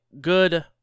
good